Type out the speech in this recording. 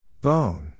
Bone